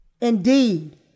Indeed